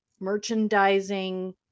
merchandising